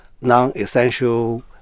non-essential